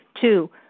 Two